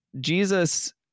Jesus